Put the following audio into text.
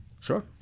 Sure